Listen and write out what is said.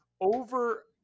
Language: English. Over